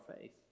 faith